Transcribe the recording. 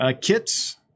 kits